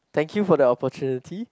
thank you for the opportunity